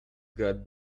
got